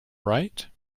right